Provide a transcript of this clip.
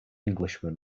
englishman